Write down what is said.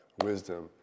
wisdom